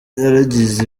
yaragize